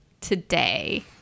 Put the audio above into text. today